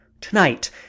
Tonight